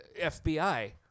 FBI